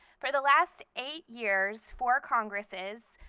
for the last eight years, four congresses,